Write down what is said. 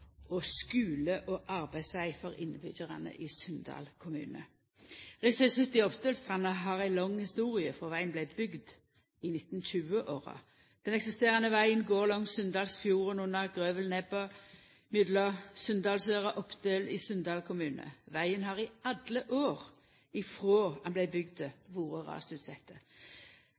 og Ålvundfjord og skule- og arbeidsveg for innbyggjarane i Sunndal kommune. Rv. 70 Oppdølstranda har ei lang historie frå vegen vart bygd i 1920-åra. Den eksisterande vegen går langs Sunndalsfjorden under Grøvelnebba mellom Sunndalsøra og Oppdøl i Sunndal kommune. Vegen har i alle åra frå han vart bygd, vore